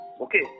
Okay